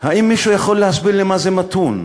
האם מישהו יכול להסביר לי מה זה מתון?